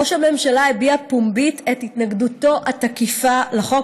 ראש הממשלה הביע פומבית את התנגדותו התקיפה לחוק